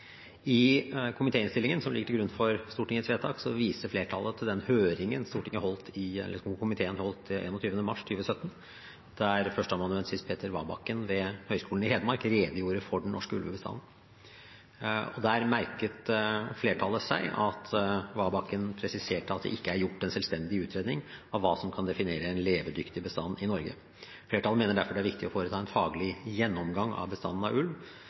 I komitéinnstillingen som ligger til grunn for Stortingets vedtak, viser flertallet til den høringen komiteen holdt 21. mars 2017, der førsteamanuensis Petter Wabakken ved Høgskolen i Hedmark redegjorde for den norske ulvebestanden, og der merket flertallet seg at Wabakken presiserte at det ikke er gjort en selvstendig utredning av hva som kan defineres som en levedyktig bestand i Norge. Flertallet mener derfor det er viktig å foreta en faglig gjennomgang av bestanden av ulv